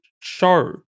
show